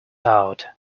out